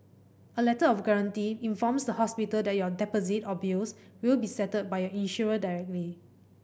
a letter of guarantee informs the hospital that your deposit or bills will be settled by your insurer directly